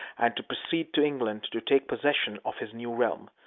and to proceed to england to take possession of his new realm.